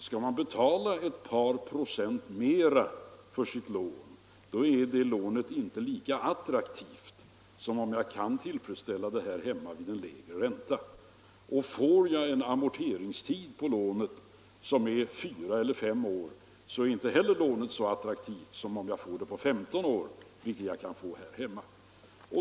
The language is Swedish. Skall man betala ett par procent mera för sitt lån, då är det lånet inte lika attraktivt om man kan tillfredsställa lånebehovet här hemma till en lägre ränta. Får jag en amorteringstid på fyra eller fem år, så är inte heller lånet så attraktivt som ett lån på femton år, vilket jag kan få här hemma.